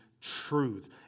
truth